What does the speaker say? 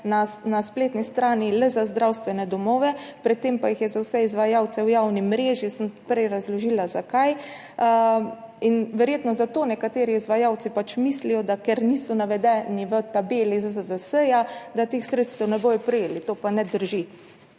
na spletni strani le za zdravstvene domove, pred tem pa jih je za vse izvajalce v javni mreži, sem prej razložila, zakaj. In verjetno zato nekateri izvajalci mislijo, ker niso navedeni v tabeli ZZZS, da teh sredstev ne bodo prejeli, to pa ne drži.